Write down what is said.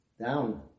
down